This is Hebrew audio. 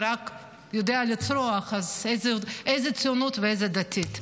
ורק יודע לצרוח, אז איזה ציונות ואיזה דתית?